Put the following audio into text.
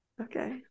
Okay